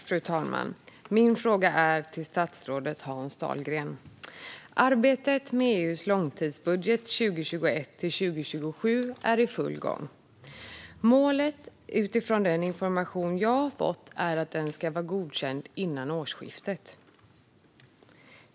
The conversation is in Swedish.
Fru talman! Min fråga går till statsrådet Hans Dahlgren. Arbetet med EU:s långtidsbudget 2021-2027 är i full gång. Målet, utifrån den information jag har fått, är att den ska vara godkänd före årsskiftet.